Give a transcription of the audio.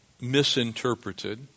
misinterpreted